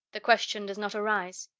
the question does not arise.